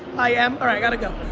i am, alright, i gotta go.